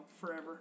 forever